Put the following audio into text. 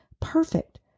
perfect